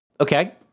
Okay